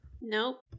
Nope